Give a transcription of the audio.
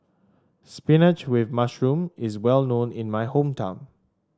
spinach with mushroom is well known in my hometown